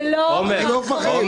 אני לא מפחד.